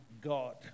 God